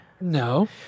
No